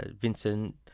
Vincent